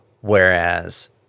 whereas